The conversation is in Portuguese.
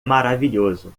maravilhoso